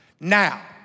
Now